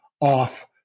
off